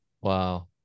Wow